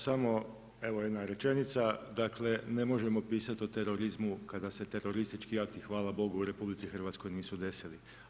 Samo evo jedna rečenica, dakle ne možemo pisati o terorizmu kada se teroristički akti hvala Bogu u RH nisu desili.